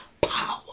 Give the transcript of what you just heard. power